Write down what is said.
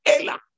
Ella